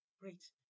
great